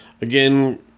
Again